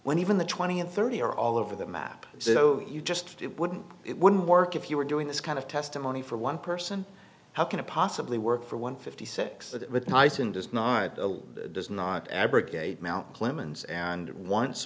when even the twenty and thirty are all over the map so you just wouldn't it wouldn't work if you were doing this kind of testimony for one person how can it possibly work for one fifty six that tyson does not does not abrogate mt clemens and once